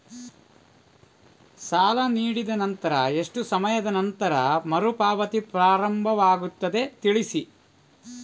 ಸಾಲ ನೀಡಿದ ನಂತರ ಎಷ್ಟು ಸಮಯದ ನಂತರ ಮರುಪಾವತಿ ಪ್ರಾರಂಭವಾಗುತ್ತದೆ ತಿಳಿಸಿ?